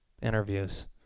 interviews